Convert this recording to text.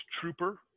Trooper